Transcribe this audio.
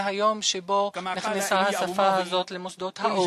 זה היום שבו נכנסה השפה הזאת למוסדות האו"ם.